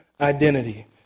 identity